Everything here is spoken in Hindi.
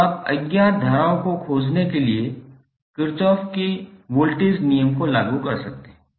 अब आप अज्ञात धाराओं को खोजने के लिए किर्चॉफ के वोल्टेज नियम को लागू कर सकते हैं